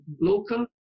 Local